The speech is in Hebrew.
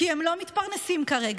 כי הם לא מתפרנסים כרגע.